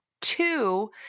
two